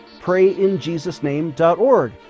PrayInJesusName.org